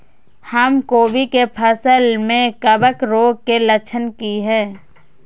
हमर कोबी के फसल में कवक रोग के लक्षण की हय?